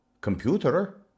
computer